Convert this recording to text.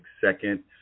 second